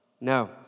No